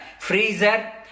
freezer